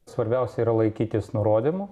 svarbiausia yra laikytis nurodymų